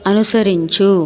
అనుసరించు